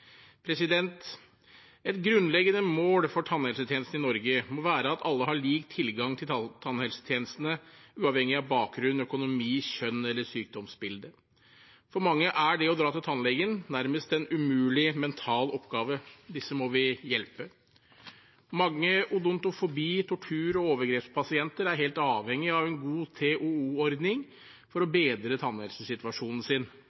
Et grunnleggende mål for tannhelsetjenesten i Norge må være at alle har lik tilgang til tannhelsetjenestene, uavhengig av bakgrunn, økonomi, kjønn eller sykdomsbilde. For mange er det å dra til tannlegen nærmest en umulig mental oppgave. Disse må vi hjelpe. Mange odontofobi-, tortur- og overgrepspasienter er helt avhengig av en god TOO-ordning for å bedre tannhelsesituasjonen sin.